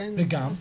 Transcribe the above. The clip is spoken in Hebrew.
וגם,